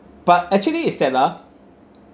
but actually is that ah